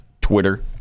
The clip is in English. Twitter